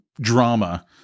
drama